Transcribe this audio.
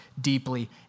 deeply